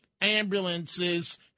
ambulances